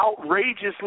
outrageously